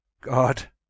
God